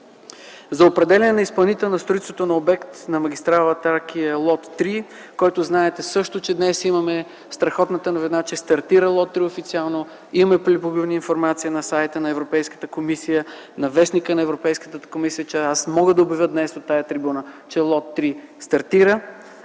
За определяне на изпълнител на строителството на обект на магистрала „Тракия” – лот 3, който знаете също, че днес имаме страхотната новина, че лот 3 стартира официално. Имаме публикувана информация на сайта на Европейската комисия, на вестника на Европейската комисия и аз днес мога да обявя от тази трибуна, че лот 3 стартира,